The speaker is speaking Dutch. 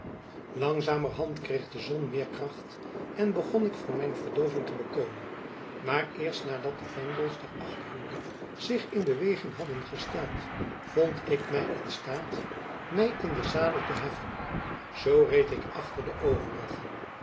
langzamerhand kreeg de zon meer kracht en begon ik van mijn verdooving te bekomen maar eerst nadat de vendels der achterhoede zich in beweging hadden gesteld vond ik my in staat my in den zadel te heffen zoo reed ik achter de overigen